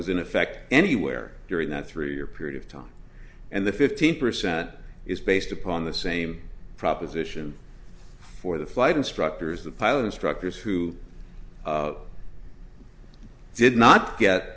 was in effect anywhere during that three year period of time and the fifteen percent is based upon the same proposition for the flight instructors the pilot instructors who did not get